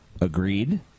Agreed